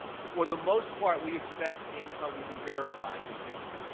for the most part, we expect income will be verified. we think,